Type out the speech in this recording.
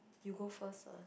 you go first